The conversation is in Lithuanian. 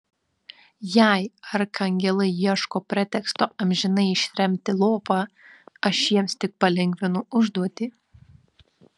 jei arkangelai ieško preteksto amžinai ištremti lopą aš jiems tik palengvinu užduotį